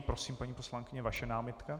Prosím, paní poslankyně, vaše námitka.